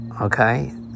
okay